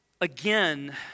Again